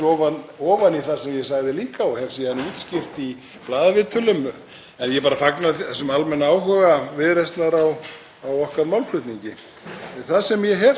Það sem ég hef sagt, og skal útskýra aftur fyrir hv. þingmanni, er að ég tel að á næstu tíu árum muni auðlindin skila